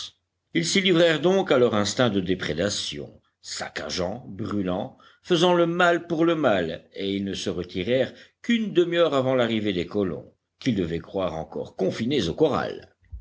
ils s'y livrèrent donc à leur instinct de déprédation saccageant brûlant faisant le mal pour le mal et ils ne se retirèrent qu'une demi-heure avant l'arrivée des colons qu'ils devaient croire encore confinés au corral